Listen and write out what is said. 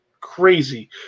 crazy